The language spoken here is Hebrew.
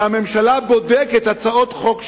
שהממשלה בודקת הצעות חוק שלי,